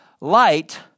Light